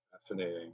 Fascinating